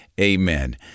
amen